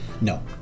No